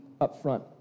upfront